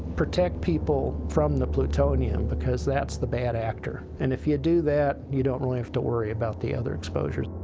protect people from the plutonium because that's the bad actor and if you do that, you don't really have to worry about the other exposures,